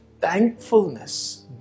thankfulness